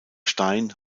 stein